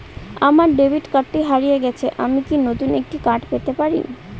আমার ডেবিট কার্ডটি হারিয়ে গেছে আমি কি নতুন একটি কার্ড পেতে পারি?